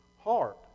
heart